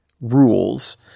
rules